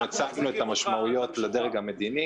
אנחנו הצפנו את המשמעויות לדרג המדיני